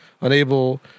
unable